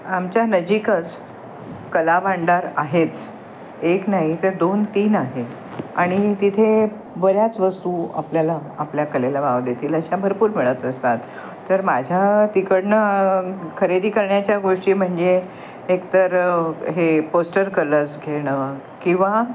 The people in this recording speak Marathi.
आमच्या नजिकच कला भांडार आहेच एक नाही तर दोन तीन आहे आणि तिथे बऱ्याच वस्तू आपल्याला आपल्या कलेला वाव देतील अशा भरपूर मिळत असतात तर माझ्या तिकडनं खरेदी करण्याच्या गोष्टी म्हणजे एकतर हे पोस्टर कलर्स घेणं किंवा